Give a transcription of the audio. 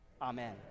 Amen